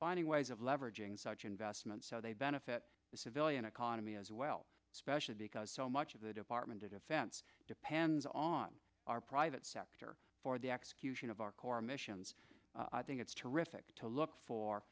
finding ways of leveraging such investments so they benefit the civilian economy as well especially because so much of the department of defense depends on our private sector for the execution of our core missions i think it's terrific to look for